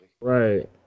right